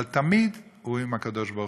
אבל תמיד הוא עם הקדוש-ברוך-הוא,